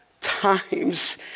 times